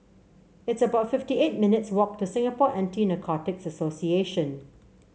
it's about fifty eight minutes' walk to Singapore Anti Narcotics Association